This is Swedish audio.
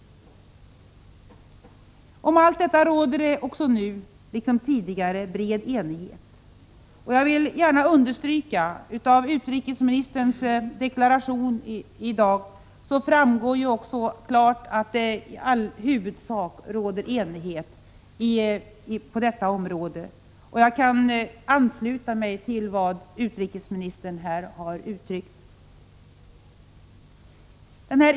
Om allt detta råder det nu, liksom tidigare, bred enighet. Jag vill gärna understryka att av utrikesministerns deklaration i dag framgår klart att det i huvudsak råder enighet på detta område, och jag kan ansluta mig till vad utrikesministern givit uttryck åt.